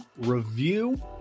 review